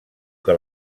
que